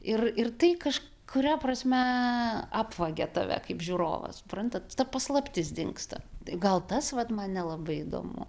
ir ir tai kažkuria prasme apvagia tave kaip žiūrovą suprantat ta paslaptis dingsta tai gal tas vat man nelabai įdomu